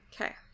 Okay